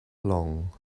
long